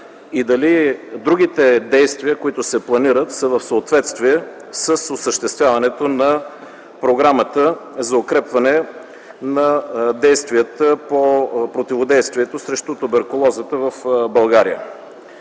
и дали другите действия, които се планират, са в съответствие с осъществяването на Програмата за укрепване на действията по противодействието срещу туберкулозата в България.